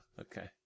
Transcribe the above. Okay